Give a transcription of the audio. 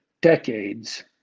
decades